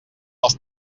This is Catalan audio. els